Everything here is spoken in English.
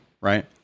right